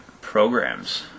programs